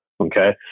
Okay